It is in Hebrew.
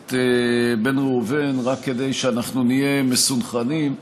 הכנסת בן ראובן, רק כדי שאנחנו נהיה מסונכרנים,